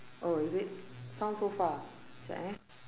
oh is it sound so far it's like eh